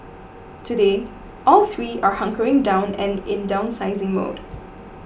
today all three are hunkering down and in downsizing mode